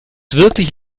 wirklich